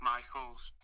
Michaels